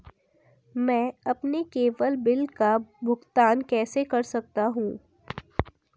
मैं अपने केवल बिल का भुगतान कैसे कर सकता हूँ?